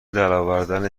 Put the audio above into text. درآوردن